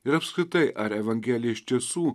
ir apskritai ar evangelija iš tiesų